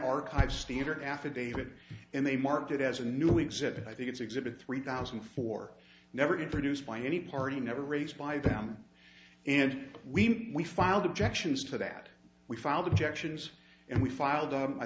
archive standard affidavit and they marked it as a new exhibit i think it's exhibit three thousand four never introduced by any party never raised by them and we filed objections to that we filed objections and we filed